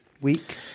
week